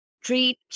treat